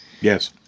Yes